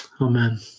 Amen